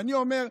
ואני אומר,